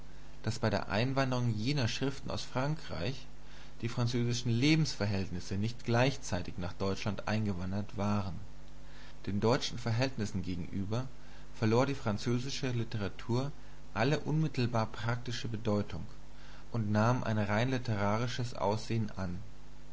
daß bei der einwanderung jener schriften aus frankreich die französischen lebensverhältnisse nicht gleichzeitig nach deutschland eingewandert waren den deutschen verhältnissen gegenüber verlor die französische literatur alle unmittelbar praktische bedeutung und nahm ein rein literarisches aussehen an